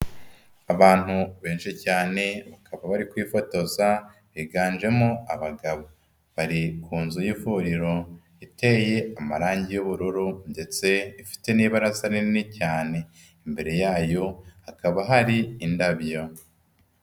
Abantu benshi cyane bakaba bari kwifotoza higanjemo abagabo, bari ku nzu y'ivuriro iteyemo amarangi y'ubururu ndetse ifite n'ibarasa rinini cyane, imbere yayo hakaba hari indabyo.